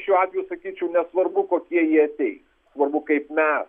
šiuo atveju sakyčiau nesvarbu kokie jie atei svarbu kaip me